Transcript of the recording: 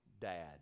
dad